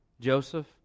Joseph